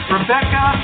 Rebecca